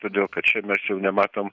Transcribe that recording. todėl kad čia mes jau nematom